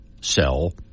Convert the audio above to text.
sell